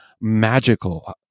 magical